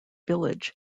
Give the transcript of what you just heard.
village